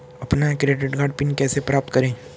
अपना debit card pin कैसे प्राप्त करें?